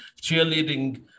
cheerleading